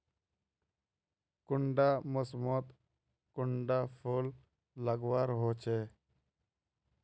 कुंडा मोसमोत कुंडा फुल लगवार होछै?